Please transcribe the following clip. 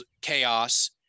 chaos